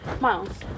Miles